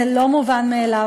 זה לא מובן מאליו,